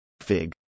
Fig